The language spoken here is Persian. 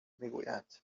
میگویند